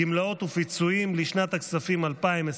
גמלאות ופיצויים, לשנת הכספים 2023,